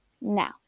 now